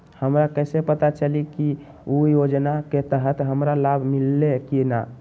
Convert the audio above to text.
हमरा कैसे पता चली की उ योजना के तहत हमरा लाभ मिल्ले की न?